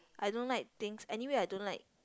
I don't like things anyway I don't like